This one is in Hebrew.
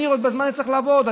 אני צריך לעבוד,